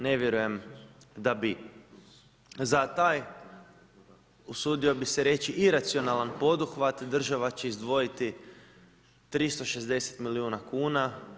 Ne vjerujem da bi za taj usudio bih se reći iracionalan poduhvat država će izdvojiti 360 milijuna kuna.